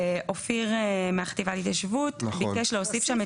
אופיר מהחטיבה להתיישבות ביקש להוסיף שם